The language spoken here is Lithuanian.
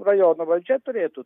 rajono valdžia turėtų